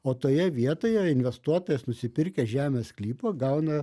o toje vietoje investuotojas nusipirkęs žemės sklypą gauna